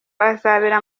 azabera